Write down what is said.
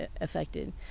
affected